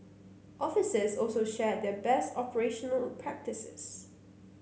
officers also shared their best operational practices